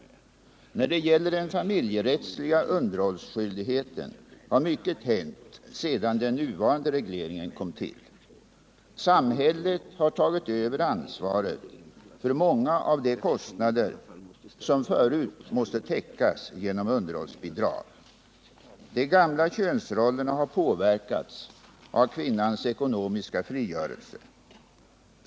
När det gäller den familjerättsliga underhållsskyldigheten har mycket hänt — Nr 53 sedan den nuvarande regleringen kom till. Samhället har tagit över ansvaret för många av de kostnader som förut måste täckas genom underhållsbidrag. De gamla könsrollerna har påverkats av kvinnans ekonomiska frigörelse.